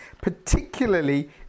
particularly